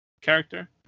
character